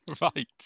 Right